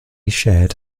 shared